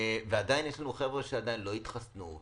אבל יש חבר'ה שעדיין לא התחסנו.